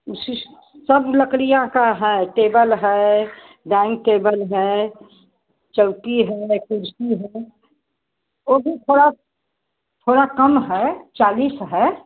उसी से सब लकड़ियाँ का है टेबल है डाइंग टेबल है चौकी है कुर्सी है ओ भी थोड़ा थोड़ा कम है चालीस है